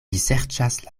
serĉas